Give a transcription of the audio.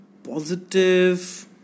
Positive